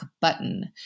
button